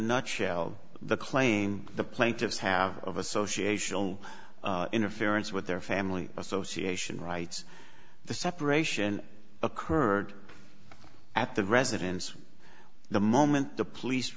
nutshell the claim the plaintiffs have of associational interference with their family association rights the separation occurred at the residence the moment the police